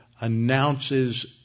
announces